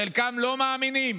חלקם לא מאמינים